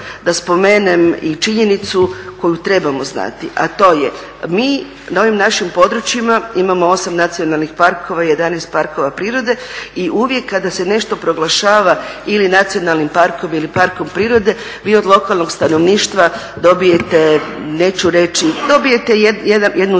da spomenem i činjenicu koju trebamo znati, a to je mi i ovim našim područjima imamo 8 nacionalnih parkova i 11 parkova prirode i uvijek kada se nešto proglašava ili nacionalnim parkom ili parkom prirode vi od lokalnog stanovništva dobijete, neću reći, dobijete jednu zabrinutost.